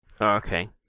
Okay